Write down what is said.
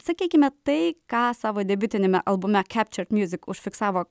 sakykime tai ką savo debiutiniame albume captured music užfiksavo